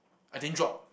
I didn't drop